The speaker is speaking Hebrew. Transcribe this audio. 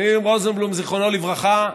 בנימין רוזנבלום, זיכרונו לברכה,